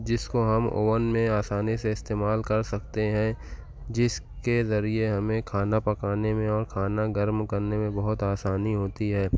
جس کو ہم اوون میں آسانی سے استعمال کر سکتے ہیں جس کے ذریعہ ہمیں کھانا پکانے میں اور کھانا گرم کرنے بہت آسانی ہوتی ہے